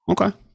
Okay